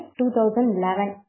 2011